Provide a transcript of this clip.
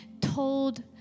told